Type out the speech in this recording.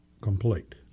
complete